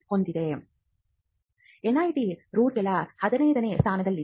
NIT Rourkela 15 ನೇ ಸ್ಥಾನದಲ್ಲಿದೆ